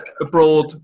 abroad